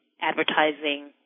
advertising